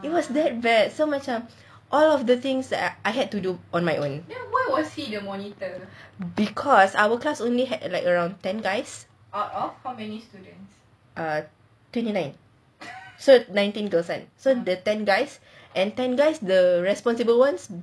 it was that bad so macam all of the things that I I had to do on my own because our class only had like around ten guys out of how many students ah twenty nine so nineteen girls and so the ten days and ten guys the responsible ones